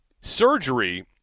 surgery